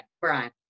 Brian